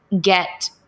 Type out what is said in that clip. get